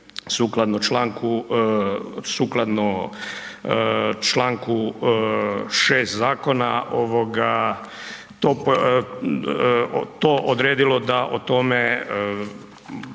sukladno čl. 6. zakona to odredilo da o tome,